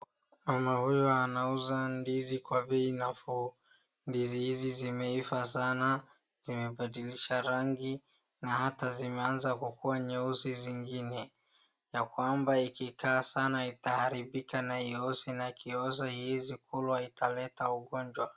Mama huyu anauza ndizi kwa bei nafuu. Ndizi hizi zimeiva sana, zimebadilisha rangi na hata zimeanza kukua nyeusi zingine. Ya kwamba ikikaa sana itaharibika na ioze na ikioza haiezi kulwa italeta ugonjwa.